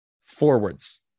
forwards